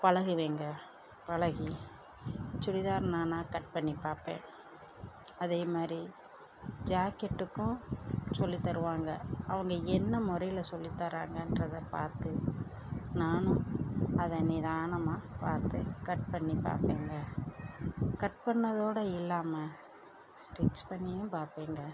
பழகுவேங்க பழகி சுடிதார் நானாக கட் பண்ணி பார்ப்பேன் அதே மாதிரி ஜாக்கெட்டுக்கும் சொல்லி தருவாங்க அவங்க என்ன முறையில் சொல்லி தராங்கன்றதை பார்த்து நானும் அதை நிதானமாய் பார்த்து கட் பண்ணி பார்ப்பேங்க கட் பண்ணதோடு இல்லாமல் ஸ்டிச் பண்ணியும் பார்ப்பேங்க